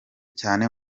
cyane